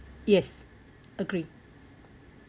yes agree